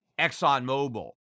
ExxonMobil